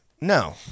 No